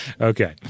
Okay